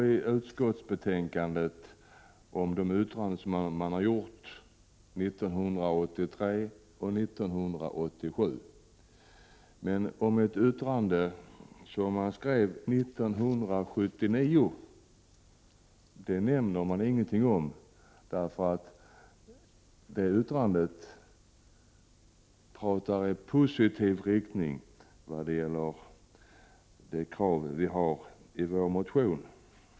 I utskottsbetänkandet talas det om de uttalanden som gjordes 1983 och 1987. Men det sägs ingenting om det yttrande som gjordes 1979. Anledningen är väl att det yttrandet är positivt vad gäller det krav som vi motionärer ställer.